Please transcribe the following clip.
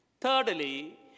Thirdly